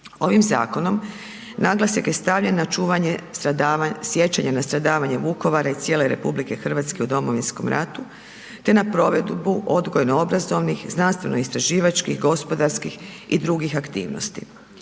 Ovim zakonom naglasak je stavljen na čuvanje sjećanja na stradavanje Vukovara i cijele RH u Domovinskom ratu te na provedbu odgojno-obrazovnih, znanstveno-istraživačkih, gospodarskih i drugih aktivnosti.